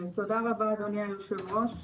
תודה רבה, אדוני היושב-ראש.